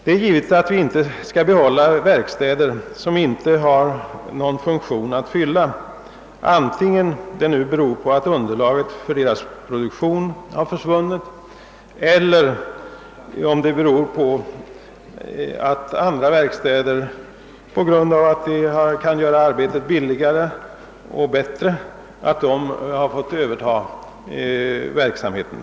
Självfallet skall vi inte behålla verkstäder som inte har någon funktion att fylla, vare sig det beror på att underlaget för deras produktion har försvunnit eller på att andra verkstäder kan göra arbetet billigare och bättre och därför fått överta verksamheten.